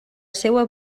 seua